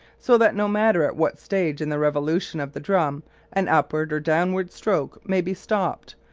so that no matter at what stage in the revolution of the drum an upward or downward stroke may be stopped,